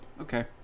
okay